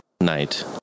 night